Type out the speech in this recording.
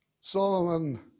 Solomon